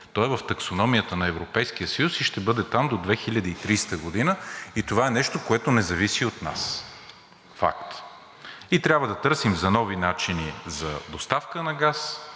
Той е в таксономията на Европейския съюз и ще бъде там до 2030 г. Това е нещо, което не зависи от нас – факт, и трябва да търсим нови начини за доставка на газ,